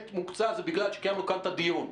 מוקצה זה בגלל שקיימנו כאן את הדיון.